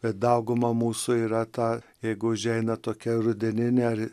bet dauguma mūsų yra ta jeigu užeina tokia rudeninė ar